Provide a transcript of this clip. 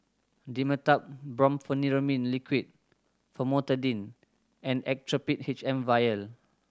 Dimetapp Brompheniramine Liquid Famotidine and Actrapid H M Vial